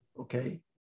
okay